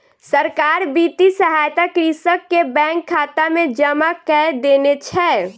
सरकार वित्तीय सहायता कृषक के बैंक खाता में जमा कय देने छै